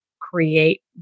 create